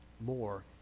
more